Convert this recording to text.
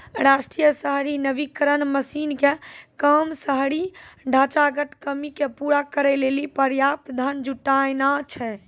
राष्ट्रीय शहरी नवीकरण मिशन के काम शहरी ढांचागत कमी के पूरा करै लेली पर्याप्त धन जुटानाय छै